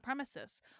supremacists